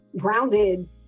grounded